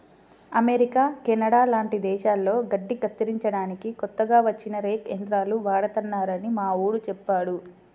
America, Canada లాంటి దేశాల్లో గడ్డి కత్తిరించడానికి కొత్తగా వచ్చిన రేక్ యంత్రాలు వాడతారని మావోడు చెప్పాడు